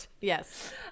Yes